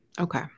Okay